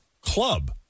club